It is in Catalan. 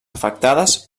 afectades